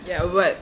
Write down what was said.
ya but